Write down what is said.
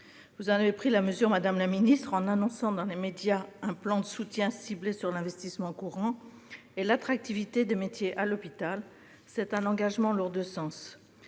Vous en avez pris en partie la mesure, madame la ministre, en annonçant dans les médias un plan de soutien ciblé sur l'investissement courant et l'attractivité des métiers à l'hôpital. C'est un engagement lourd de sens.